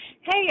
Hey